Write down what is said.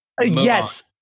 Yes